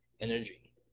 energy